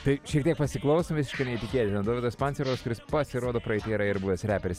tai šiek tiek pasiklausom visiškai neįtikėtina davidas pancerovas kuris pasirodo praeityje yra ir buvęs reperis